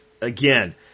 Again